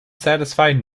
satisfied